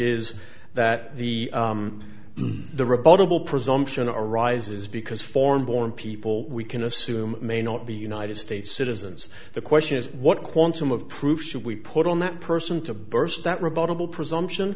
is that the the rebuttable presumption are arises because foreign born people we can assume may not be united states citizens the question is what quantum of proof should we put on that person to burst that rebuttable presumption